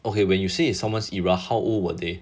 okay when you say it's someone's era how old were they